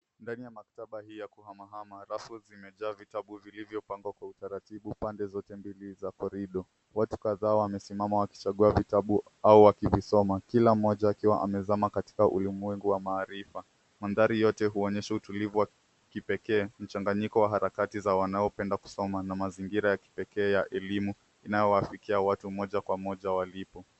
Ndani ya maktaba hii ya kuhamahama, rafu zimejaa vitabu vilivyopangwa kwa utaratibu pande zote mbili za corridor . Watu kadhaa wamesimama wakichagua vitabu au wakivisoma. Kila mmoja akiwa amezama katika ulimwengu wa maarifa. Mandhari yote huonyesha utulivu wa kipekee. Mchanganyiko wa harakati za wanaopenda kusoma na mazingira ya kipekee ya elimu yanayowaafikia watu moja kwa moja.